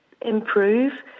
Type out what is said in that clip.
improve